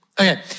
Okay